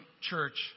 church